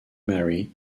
mary